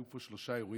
היו פה שלושה אירועים.